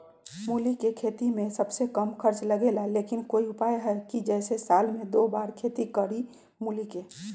मूली के खेती में सबसे कम खर्च लगेला लेकिन कोई उपाय है कि जेसे साल में दो बार खेती करी मूली के?